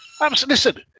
listen